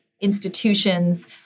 institutions